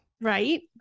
right